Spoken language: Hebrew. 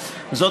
זאת,